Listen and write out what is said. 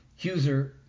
Huser